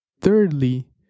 Thirdly